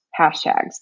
hashtags